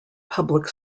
public